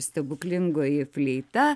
stebuklingoji fleita